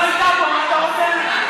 השרה לא הייתה פה, מה אתה רוצה ממנה?